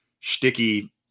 sticky